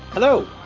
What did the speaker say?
Hello